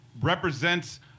represents